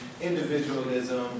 individualism